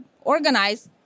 organize